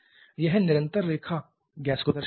यह निरंतर रेखा गैस को दिखाती है